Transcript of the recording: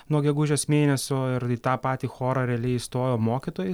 nuo gegužės mėnesio ir į tą patį chorą realiai įstojo mokytojai